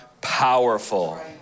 powerful